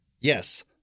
Yes